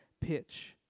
pitch